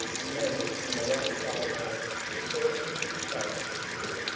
and then in the rocky gateway the shepherd himself appeared.